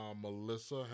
Melissa